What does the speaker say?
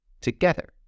together